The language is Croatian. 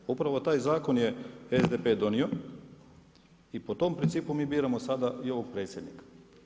Upravo taj zakon je SDP donio i po tom principu mi biramo sada i ovog predsjednika.